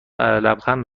لبخند